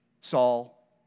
Saul